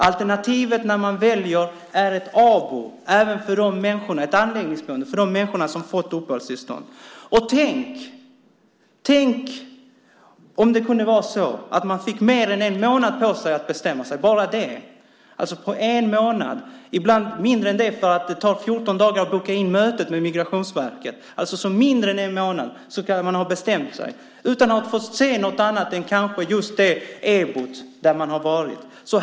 Alternativet är ABO, anläggningsboende, även för de människor som fått uppehållstillstånd. Tänk om man dessutom fick mer än en månad på sig att bestämma sig. På endast en månad, ibland mindre än det eftersom det tar 14 dagar att boka in mötet med Migrationsverket, ska man ha bestämt sig utan att först ha fått se något annat än kanske just det EBO där man varit.